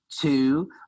Two